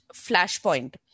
flashpoint